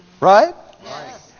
Right